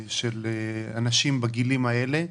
אנשים בגילאים האלה.